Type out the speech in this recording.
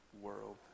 world